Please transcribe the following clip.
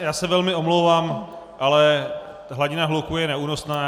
Já se velmi omlouvám, ale hladina hluku je neúnosná.